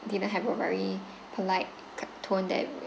didn't have a very polite ca~ tone that